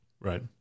Right